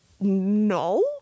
no